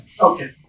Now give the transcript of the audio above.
Okay